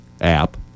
app